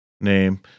name